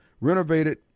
renovated